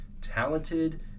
talented